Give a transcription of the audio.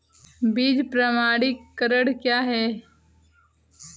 बीज प्रमाणीकरण क्या है?